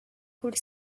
could